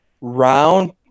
round